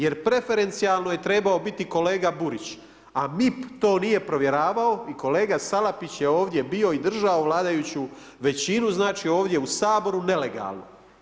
Jer preferencijalno je trebao biti kolega Burić, a MIP to nije provjeravao i kolega Salapić je ovdje bio i držao vladajuću većinu, znači ovdje u Saboru, nelegalno.